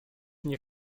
nie